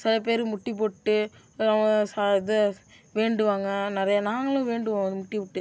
சிலபேரு முட்டி போட்டு ச இது வேண்டுவாங்கள் நிறையா நாங்களும் வேண்டுவோம் முட்டி போட்டு